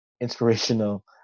inspirational